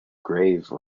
grave